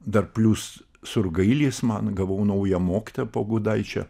dar plius surgailis man gavau naują mokytoją po gudaičio